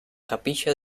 capilla